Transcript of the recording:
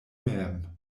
mem